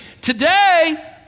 today